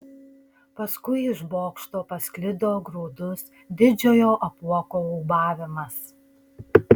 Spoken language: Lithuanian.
paskui iš bokšto pasklido graudus didžiojo apuoko ūbavimas